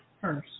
first